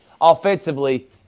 offensively